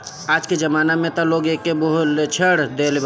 आजके जमाना में त लोग एके बोअ लेछोड़ देले बा